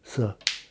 sir